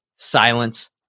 silence